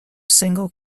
single